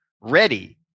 ready